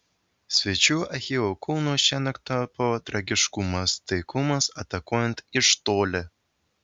svečių achilo kulnu šiąnakt tapo tragiškumas taiklumas atakuojant iš toli